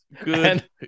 Good